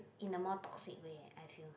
in a more toxic way I feel